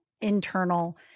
internal